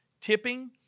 Tipping